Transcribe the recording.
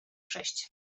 sześć